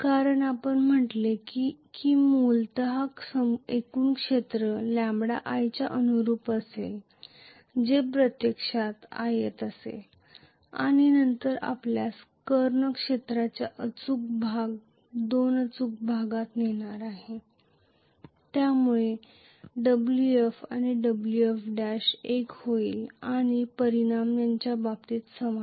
कारण आपण म्हटले आहे की मूलत एकूण क्षेत्र λi च्या अनुरूप असेल जे प्रत्यक्षात आयत असेल आणि नंतर आपल्यास कर्ण क्षेत्राचे अचूक भाग दोन अचूक भागात नेणार आहे ज्यामुळे Wf आणि Wf' एक होईल आणि परिमाण च्या बाबतीत समान